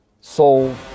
soul